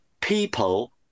people